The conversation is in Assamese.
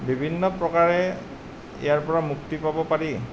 বিভিন্ন প্ৰকাৰে ইয়াৰপৰা মুক্তি পাব পাৰি